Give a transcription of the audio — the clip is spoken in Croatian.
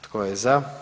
Tko je za?